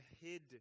hid